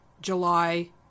July